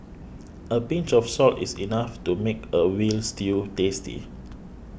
a pinch of salt is enough to make a Veal Stew tasty